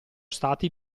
stati